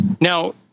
now